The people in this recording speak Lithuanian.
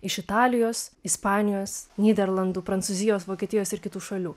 iš italijos ispanijos nyderlandų prancūzijos vokietijos ir kitų šalių